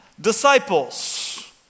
disciples